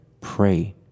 pray